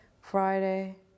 Friday